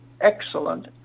excellent